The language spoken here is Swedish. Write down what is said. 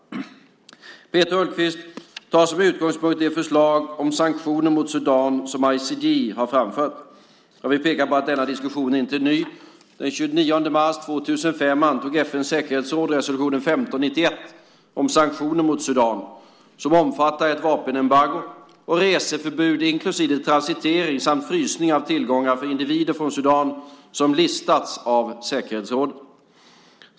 Peter Hultqvist tar som utgångspunkt det förslag om sanktioner mot Sudan som International Crisis Group har framfört. Jag vill peka på att denna diskussion inte är ny. Den 29 mars 2005 antog FN:s säkerhetsråd resolution 1591 om sanktioner mot Sudan, som omfattar ett vapenembargo och reseförbud inklusive transitering samt frysning av tillgångar för individer från Sudan som listats av säkerhetsrådet.